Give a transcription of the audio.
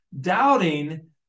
doubting